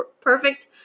perfect